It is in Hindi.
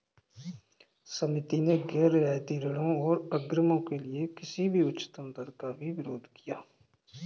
समिति ने गैर रियायती ऋणों और अग्रिमों के लिए किसी भी उच्चतम दर का भी विरोध किया